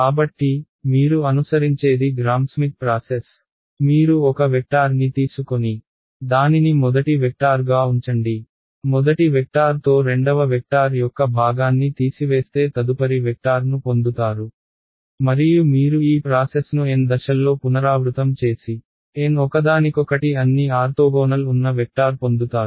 కాబట్టి మీరు అనుసరించేది గ్రామ్ స్మిత్ ప్రాసెస్ మీరు ఒక వెక్టార్ని తీసుకొని దానిని మొదటి వెక్టార్ గా ఉంచండి మొదటి వెక్టార్తో రెండవ వెక్టార్ యొక్క భాగాన్ని తీసివేస్తే తదుపరి వెక్టార్ను పొందుతారు మరియు మీరు ఈ ప్రాసెస్ను N దశల్లో పునరావృతం చేసి N ఒకదానికొకటి అన్ని ఆర్తోగోనల్ ఉన్న వెక్టార్ పొందుతారు